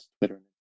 Twitter